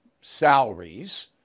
salaries